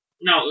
No